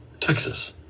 Texas